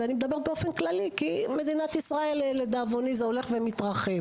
אני מדברת באופן כללי כי במדינת ישראל לדאבוני זה הולך ומתרחב.